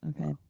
Okay